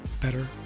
better